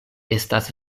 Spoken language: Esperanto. estas